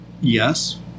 Yes